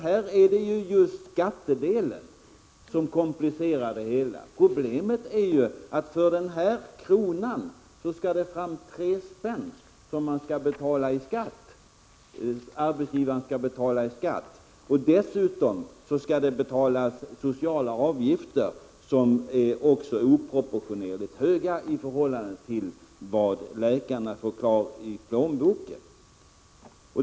Här är det just skattedelen som komplicerar det hela. Problemet är att det för denna enda krona skall fram tre ”spänn”, som arbetsgivaren skall betala in i skatt och sociala avgifter. Det är pålagor som är oproportionerligt höga i förhållande till vad läkarna får kvar i plånboken.